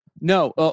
no